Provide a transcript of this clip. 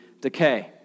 decay